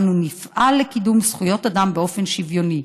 אנו נפעל לקידום זכויות אדם באופן שוויוני.